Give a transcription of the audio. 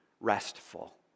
restful